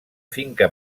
finca